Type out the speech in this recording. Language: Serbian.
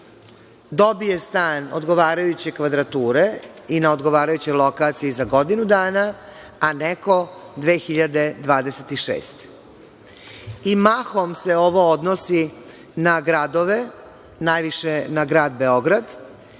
dobije stan odgovarajuće kvadrature i na odgovarajućoj lokaciji za godinu dana, a neko 2026. godine. I, mahom se ovo odnosi na gradove najviše na grad Beograd,